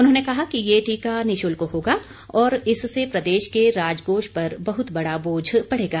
उन्होंने कहा कि ये टीका निःशुल्क होगा और इससे प्रदेश के राज कोष पर बहुत बड़ा बोझ पड़ेगा